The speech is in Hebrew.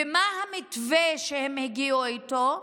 ומה המתווה שהם הגיעו איתו?